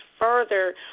further